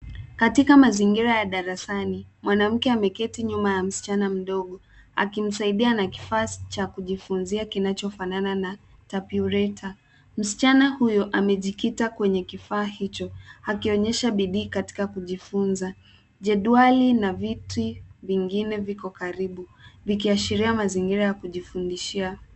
Katika mazingira ya darasani, mwanamke ameketi nyuma ya msichana mdogo, akimsaidia na kifaa cha kujifunzia kinachofanana na tabureta. Msichana huyo amejikita kwenye kifaa hicho, akionyesha bidii katika kujifunza. Jedwali na viti vingine viko karibu, vikiashiria mazingira ya kujifundishia.